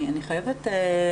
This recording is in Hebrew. אני לא מבינה.